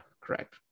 correct